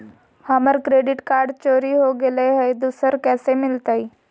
हमर credit card चोरी हो गेलय हई, दुसर कैसे मिलतई?